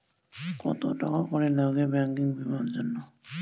কত টাকা করে লাগে ব্যাঙ্কিং বিমার জন্য?